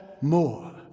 more